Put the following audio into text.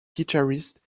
guitarist